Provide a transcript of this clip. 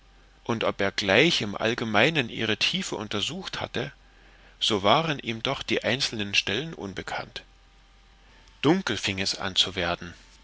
und ob er gleich im allgemeinen ihre tiefe untersucht hatte so waren ihm doch die einzelnen stellen unbekannt dunkel fing es an zu werden